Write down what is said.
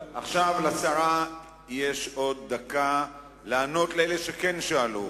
עכשיו לשרה יש עוד דקה לענות לאלה שכן שאלו.